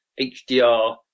HDR